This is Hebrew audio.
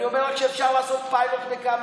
אני אומר לך שאפשר לעשות פיילוט בכמה